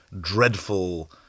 dreadful